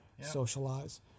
socialize